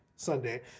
Sunday